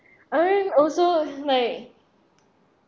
I mean also like